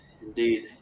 Indeed